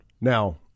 Now